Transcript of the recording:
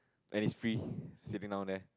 and it's free sitting down there